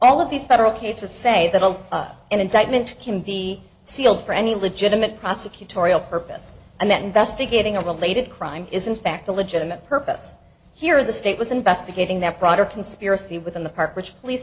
all of these federal cases say that a an indictment can be sealed for any legitimate prosecutorial purpose and that investigating a related crime is in fact a legitimate purpose here of the state was investigating that broader conspiracy within the park which police